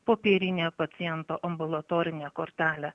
popierinę paciento ambulatorinę kortelę